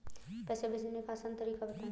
पैसे भेजने का आसान तरीका बताए?